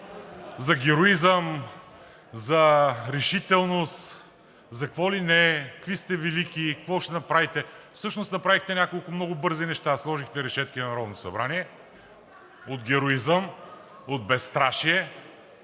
за героизъм, за решителност, за какво ли не, какви сте велики, какво ще направите. Всъщност направихте няколко много бързи неща – сложихте решетки на Народното събрание от героизъм, от безстрашие.